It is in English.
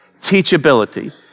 Teachability